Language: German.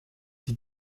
die